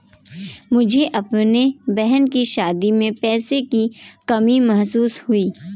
मुझे अपने बहन की शादी में पैसों की भारी कमी महसूस हुई